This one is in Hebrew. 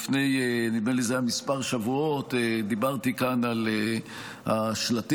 לפני כמה שבועות דיברתי כאן על השלטים